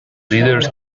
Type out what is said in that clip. leaders